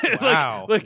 Wow